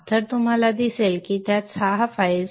तर तुम्हाला दिसेल की त्यात सहा फाईल्स आहेत